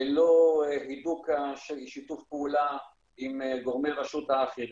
ללא הידוק שיתוף הפעולה עם גורמי הרשות האחרים,